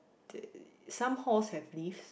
d~ some halls have lifts